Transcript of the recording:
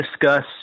discuss